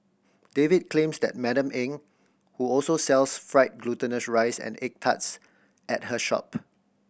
David claims that Madam Eng who also sells fried glutinous rice and egg tarts at her shop